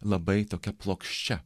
labai tokia plokščia